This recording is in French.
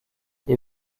les